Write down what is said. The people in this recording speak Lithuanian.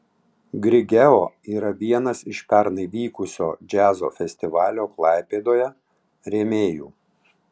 grigeo yra vienas iš pernai vykusio džiazo festivalio klaipėdoje rėmėjų